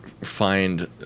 find